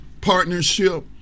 partnership